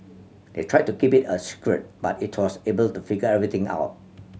they tried to keep it a secret but it was able to figure everything out